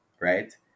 right